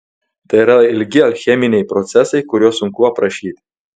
tai yra ilgi alcheminiai procesai kuriuos sunku aprašyti